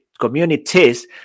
communities